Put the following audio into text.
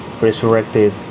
resurrected